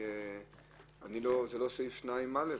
שזה לא סעיף 2(א),